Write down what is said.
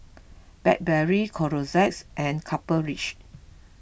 Blackberry Clorox and Copper Ridge